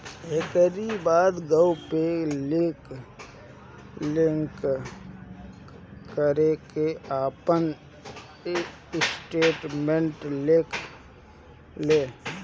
एकरी बाद गो पे क्लिक करके आपन स्टेटमेंट देख लें